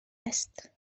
است